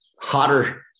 hotter